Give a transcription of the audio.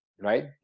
right